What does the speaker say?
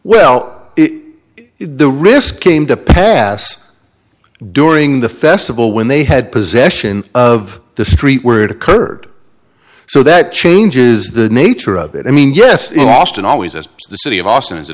well the risk came to pass during the festival when they had possession of the street where it occurred so that changes the nature of it i mean yes in austin always as the city of austin as a